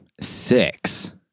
six